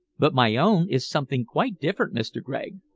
but my own is something quite different, mr. gregg.